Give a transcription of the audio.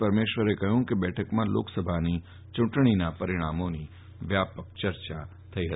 પરમેશ્વરે જણાવ્યું કે બેઠકમાં લોકસભાની ચૂંટણીનાં પરિણામોની વ્યાપક ચર્ચા થઈ ફતી